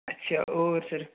अच्छा होर फिर